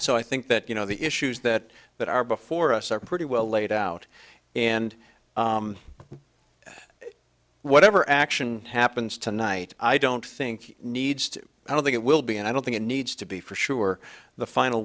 so i think that you know the issues that that are before us are pretty well laid out and whatever action happens tonight i don't think needs to i don't think it will be and i don't think it needs to be for sure the final